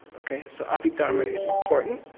okay? so, abhidharma is important,